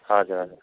हजुर हजुर